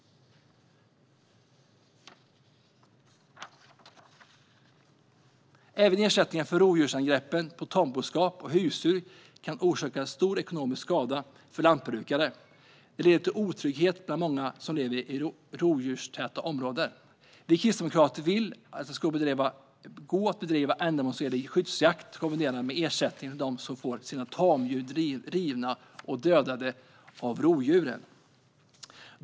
Även rovdjursangrepp på tamboskap och husdjur kan orsaka stor ekonomisk skada för lantbrukare och leder till otrygghet bland många som lever i rovdjurstäta områden. Vi kristdemokrater vill att det ska gå att bedriva ändamålsenlig skyddsjakt kombinerat med att det ska finnas ersättningar till dem som får sina tamdjur rivna och dödade av rovdjur.